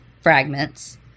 fragments